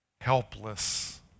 Helpless